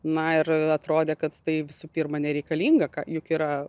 na ir atrodė kad tai visų pirma nereikalinga ka juk yra